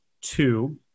two